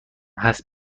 هست